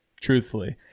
truthfully